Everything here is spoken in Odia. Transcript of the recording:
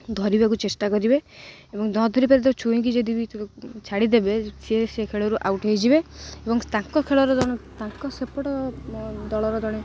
ଧରିବାକୁ ଚେଷ୍ଟା କରିବେ ଏବଂ ନ ଧରିପାରିଲେ ତ ଛୁଇଁକି ଯଦି ଛାଡ଼ିଦେବେ ସିଏ ସେ ଖେଳରୁ ଆଉଟ୍ ହେଇଯିବେ ଏବଂ ତାଙ୍କ ଖେଳର ଜଣେ ତାଙ୍କ ସେପଟ ଦଳର ଜଣେ